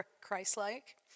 Christ-like